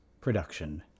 production